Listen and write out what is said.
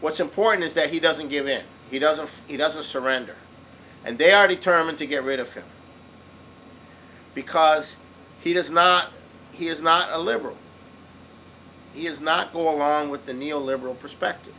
what's important is that he doesn't give it he doesn't he doesn't surrender and they are determined to get rid of him because he does not he is not a liberal he is not go along with the neo liberal perspective